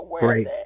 Great